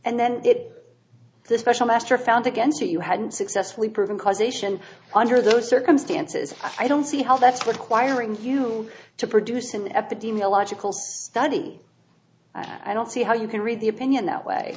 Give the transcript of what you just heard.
and then did the special master found against you hadn't successfully proven causation under those circumstances i don't see how that's what acquiring you to produce an epidemiological study i don't see how you can read the opinion that way